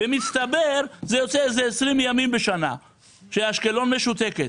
במצטבר זה יוצא איזה 20 ימים בשנה שאשקלון משותקת,